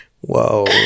Whoa